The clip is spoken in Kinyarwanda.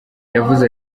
yavuze